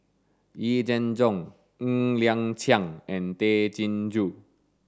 Yee Jenn Jong Ng Liang Chiang and Tay Chin Joo